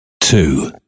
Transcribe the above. two